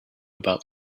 about